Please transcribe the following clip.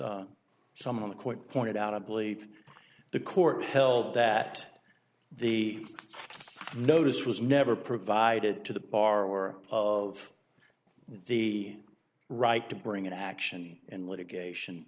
as some of the court pointed out i believe the court held that the notice was never provided to the bar or of the right to bring an action in litigation